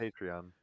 Patreon